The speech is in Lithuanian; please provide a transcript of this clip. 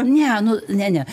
ne nu ne ne